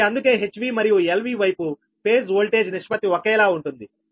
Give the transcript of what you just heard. కాబట్టి అందుకే హెచ్వి మరియు ఎల్వి వైపు ఫేజ్ వోల్టేజ్ నిష్పత్తి ఒకేలా ఉంటుంది